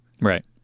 Right